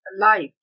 life